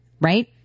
right